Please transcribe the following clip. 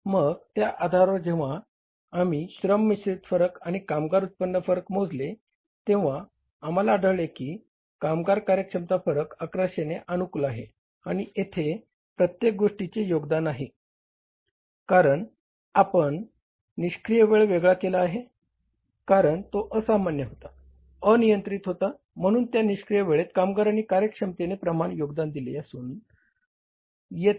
मग त्या आधारावर जेव्हा आम्ही श्रम मिश्रित फरक आणि कामगार उत्पन्न फरक मोजले तेव्हा आम्हाला आढळले की कामगार कार्यक्षमता फरक 1100 ने अनुकूल आहे आणि येथे प्रत्येक गोष्टीचे योगदान आहे कारण आपण निष्क्रिय वेळ वेगळा केला आहे कारण तो असामान्य होता अनियंत्रित होता म्हणून त्या निष्क्रिय वेळेत कामगारांनी कार्यक्षमते प्रमाणे योगदान दिलेले दिसून येत नाही